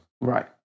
Right